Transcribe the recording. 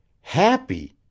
Happy